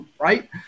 Right